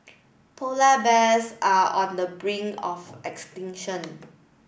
polar bears are on the brink of extinction